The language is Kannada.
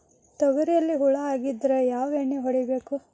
ತೊಗರಿಯಲ್ಲಿ ಹುಳ ಆಗಿದ್ದರೆ ಯಾವ ಎಣ್ಣೆ ಹೊಡಿಬೇಕು?